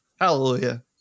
Hallelujah